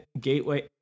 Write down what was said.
gateway